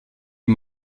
est